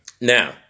Now